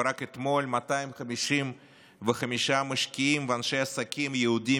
ורק אתמול 255 משקיעים ואנשי עסקים יהודים